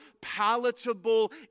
palatable